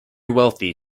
wealthy